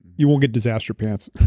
you will get disaster pants.